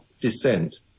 dissent